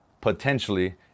potentially